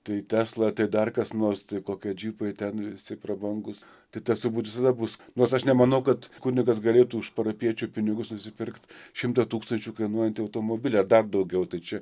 tai tesla tai dar kas nors tai kokie džipai ten visi prabangūs tai tas turbūt visada bus nors aš nemanau kad kunigas galėtų už parapijiečių pinigus nusipirkt šimtą tūkstančių kainuojantį automobilį ar dar daugiau tai čia